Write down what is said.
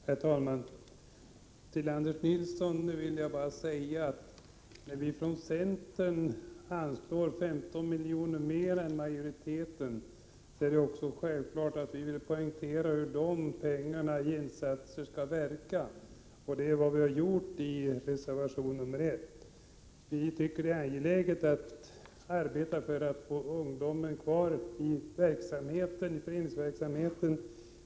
Herr talman! Till Anders Nilsson vill jag säga: När vi från centern föreslår 15 milj.kr. mer än majoriteten är det också självklart att vi vill poängtera hur de pengarna skall verka, och det är vad vi har gjort i reservation 1. Vi tycker det är angeläget att arbeta för att behålla ungdomen inom föreningsverksamheten.